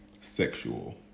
sexual